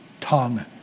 tongue